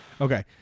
Okay